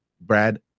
Brad